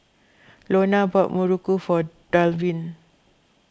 Lorna bought Muruku for Dalvin